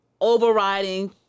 overriding